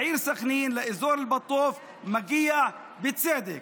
לעיר סח'נין, לאזור אל-בטוף, מגיע, בצדק.